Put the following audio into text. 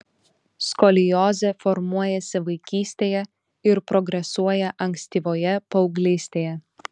skoliozė formuojasi vaikystėje ir progresuoja ankstyvoje paauglystėje